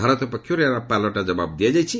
ଭାରତ ପକ୍ଷରୁ ଏହାର ପାଲଟା ଜବାବ ଦିଆଯାଇଛି